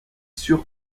sûr